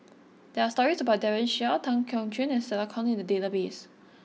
there are stories about Daren Shiau Tan Keong Choon and Stella Kon in the database